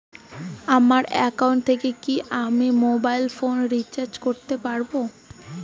আমার একাউন্ট থেকে কি আমি মোবাইল ফোন রিসার্চ করতে পারবো?